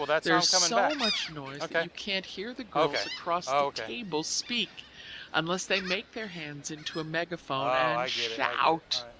there is so much noise that you can't hear the girls across the table speak unless they make their hands into a megaphone and shout.